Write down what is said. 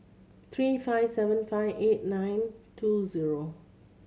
three five seven five eight nine two zero